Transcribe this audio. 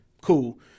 cool